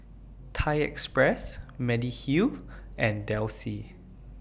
Thai Express Mediheal and Delsey